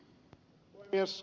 kun ed